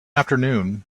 afternoon